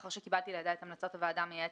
לאחר שקיבלתי לידי את המלצות הוועדה המייעצת,